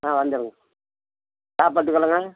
ஆ வந்துடுறேங்க சாப்பாட்டுக்கெல்லாங்க